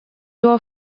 его